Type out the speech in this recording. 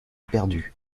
perdu